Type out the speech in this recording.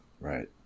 Right